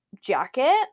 jacket